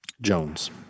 Jones